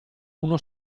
uno